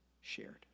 shared